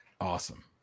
Awesome